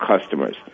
customers